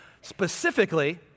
specifically